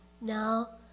now